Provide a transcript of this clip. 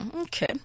Okay